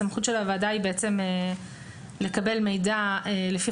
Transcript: הסמכות של הוועדה היא בעצם לקבל מידע לפי